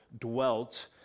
dwelt